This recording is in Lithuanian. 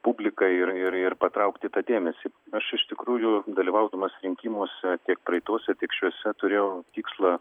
publiką ir ir ir patraukti tą dėmesį aš iš tikrųjų dalyvaudamas rinkimuose tiek praeituose tiek šiuose turėjau tikslą